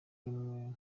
rumwe